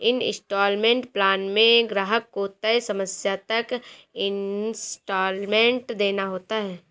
instalment plan में ग्राहक को तय समय तक इन्सटॉलमेंट देना होता है